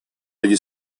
degli